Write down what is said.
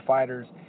Fighters